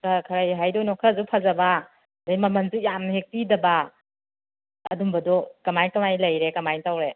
ꯑꯥ ꯀꯔꯤ ꯍꯥꯏꯗꯣꯏꯅꯣ ꯈꯔꯁꯨ ꯐꯖꯕ ꯑꯗꯒꯤ ꯃꯃꯜꯁꯨ ꯌꯥꯝꯅ ꯍꯦꯛ ꯄꯤꯗꯕ ꯑꯗꯨꯝꯕꯗꯣ ꯀꯃꯥꯏ ꯀꯃꯥꯏ ꯂꯩꯔꯦ ꯀꯃꯥꯏ ꯇꯧꯔꯦ